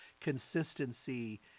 consistency